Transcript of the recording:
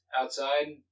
outside